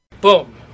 boom